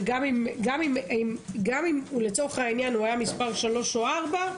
וגם אם לצורך העניין הוא היה מספר 3 או 4,